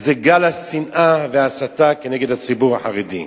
זה גל השנאה וההסתה כנגד הציבור החרדי.